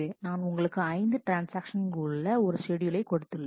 நான் உங்களுக்கு ஐந்து ட்ரான்ஸ்ஆக்ஷன்கள் உள்ள ஒரு ஷெட்யூலை கொடுத்துள்ளேன்